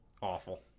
awful